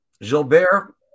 Gilbert